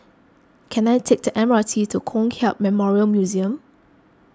can I take the M R T to Kong Hiap Memorial Museum